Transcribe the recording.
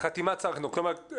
כלומר,